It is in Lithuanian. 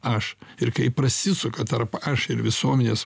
aš ir kai prasisuka tarp aš ir visuomenės